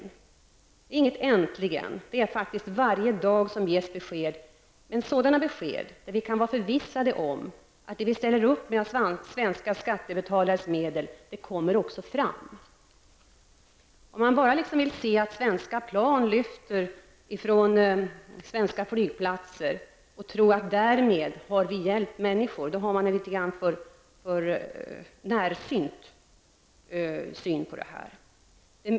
Det är inte äntligen, det är faktiskt varje dag som det ges besked, men sådana besked där vi kan vara förvissade om att det vi ställer upp med av svenska skattebetalares medel, det kommer också fram. Om man bara vill se att svenska plan lyfter från svenska flygplatser och därmed tror att man har hjälpt människor, då har man en litet grand för närsynt syn på det här.